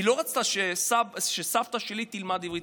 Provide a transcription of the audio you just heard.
היא לא רצתה שסבתא שלי תלמד עברית.